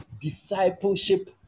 discipleship